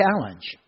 challenge